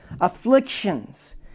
afflictions